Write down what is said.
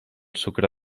sucre